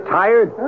tired